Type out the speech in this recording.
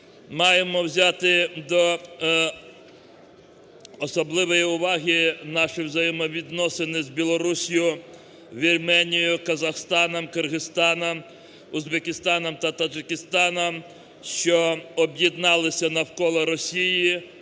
Маємо взяти до особливої уваги наші взаємовідносини з Білоруссю, Вірменією, Казахстаном, Киргизстаном, Узбекистаном та Таджикистаном, що об'єдналися навколо Росії,